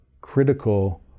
critical